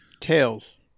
Tails